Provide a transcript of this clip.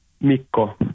mikko